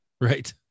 right